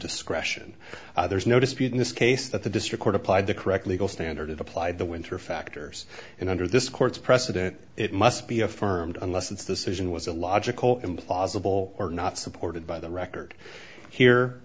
discretion there's no dispute in this case that the district court applied the correct legal standard it applied the winter factors in under this court's precedent it must be affirmed unless it's this is and was a logical implausible or not supported by the record here